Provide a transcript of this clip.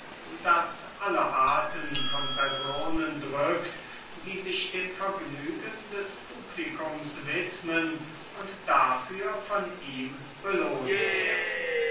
das alle arten von personen drückt die sich dem vergnügen des publikums widmen und dafür belohnt werden